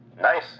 Nice